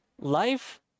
life